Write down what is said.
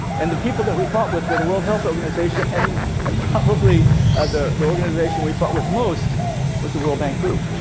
and the people that we fought with were the world health organization and and probably the the organization we fought with most was the world bank group.